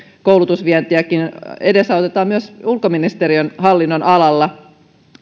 koulutusvientiäkin edesautetaan myös ulkoministeriön hallinnonalalla